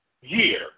year